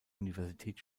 universität